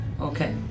Okay